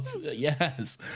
Yes